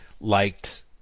liked